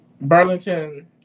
Burlington